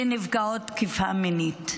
לנפגעות תקיפה מינית.